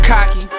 Cocky